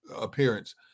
appearance